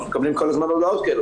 אנחנו מקבלים כל הזמן הודעות כאלה,